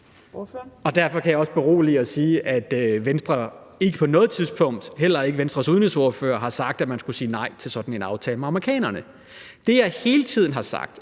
Derfor kan jeg også berolige og sige, at hverken Venstre eller Venstres udenrigsordfører på noget tidspunkt har sagt, at man skulle sige nej til sådan en aftale med amerikanerne. Det, jeg bare hele tiden har sagt,